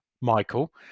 Michael